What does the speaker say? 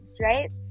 right